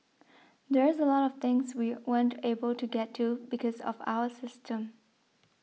there's a lot of things we weren't able to get to because of our system